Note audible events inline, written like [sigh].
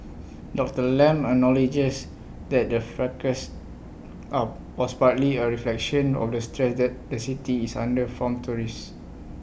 Doctor Lam acknowledges that the fracas [hesitation] was partly A reflection of the stress that the city is under from tourists